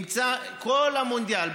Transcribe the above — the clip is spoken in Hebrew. כל המונדיאל,